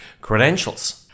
credentials